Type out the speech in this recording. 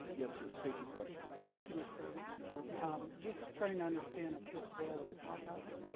yes, sir state your question and please thank you mr. president just trying to understand if this bill was hog house,